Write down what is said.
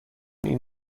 این